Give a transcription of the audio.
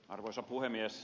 arvoisa puhemies